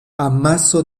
amaso